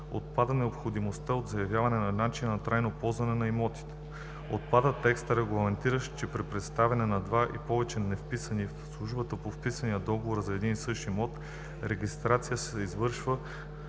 Отпада необходимостта от заявяване на начина на трайно ползване на имотите. Отпада текстът, регламентиращ, че при представяне на два и повече невписани в службата по вписванията договора за един и същ имот, регистрация се извършва